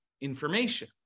information